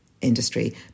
industry